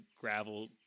gravel